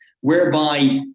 whereby